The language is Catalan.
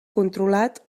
controlat